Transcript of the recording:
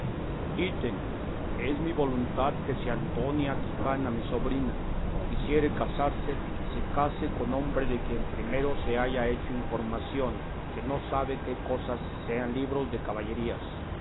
ítem es mi voluntad que si antonia quijana mi sobrina quisiere casarse se case con hombre de quien primero se haya hecho información que no sabe qué cosas sean libros de caballerías